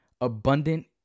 abundant